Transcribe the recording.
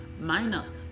minus